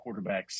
quarterbacks